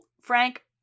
Frank